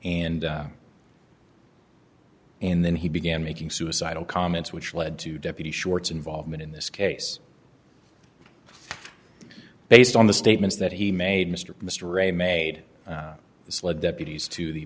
and and then he began making suicidal comments which led to deputy shorts involvement in this case based on the statements that he made mr mr ray made this lead deputies t